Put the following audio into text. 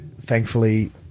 thankfully